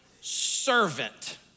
servant